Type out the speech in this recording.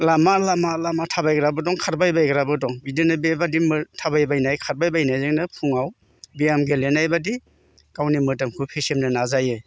लामा लामा लामा थाबायग्राबो दं खारबायबायग्राबो दं बिदिनो बेबादि थाबायबायनाय खारबायबायनाय जोंनो फुङाव बियाम गेलेनायबादि गावनि मोदोमखौ फेसेमनो नाजायो